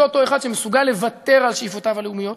זה אותו אחד שמסוגל לוותר על שאיפותיו הלאומיות